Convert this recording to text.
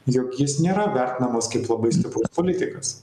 jog jis nėra vertinamas kaip labai stiprus politikas